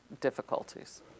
difficulties